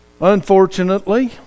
Unfortunately